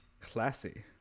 classy